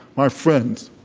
my friends,